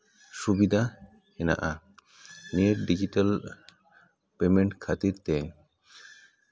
ᱥᱩᱵᱤᱫᱷᱟ ᱦᱮᱱᱟᱜᱼᱟ net digital payment ᱠᱷᱟᱹᱛᱤᱨ ᱛᱮ